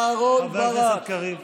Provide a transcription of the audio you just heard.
חבר הכנסת קריב.